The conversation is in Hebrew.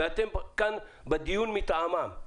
ואתם כאן בדיון מטעמם.